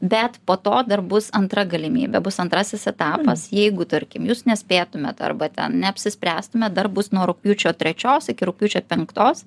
bet po to dar bus antra galimybė bus antrasis etapas jeigu tarkim jus nespėtumėt arba ten neapsispręstumėt dar bus nuo rugpjūčio trečios iki rugpjūčio penktos